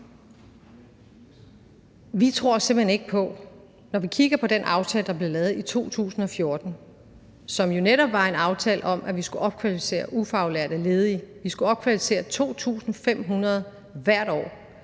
Vi tror simpelt hen ikke på det, når vi kigger på den aftale, der blev lavet i 2014, som jo netop var en aftale om, at vi skulle opkvalificere ufaglærte ledige. Vi skulle opkvalificere 2.500 hvert år.